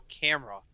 camera